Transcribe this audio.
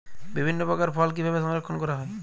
বিভিন্ন প্রকার ফল কিভাবে সংরক্ষণ করা হয়?